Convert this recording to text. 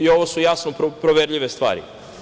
Ovo su jasno proverljive stvari.